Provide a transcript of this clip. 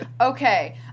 Okay